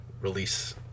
release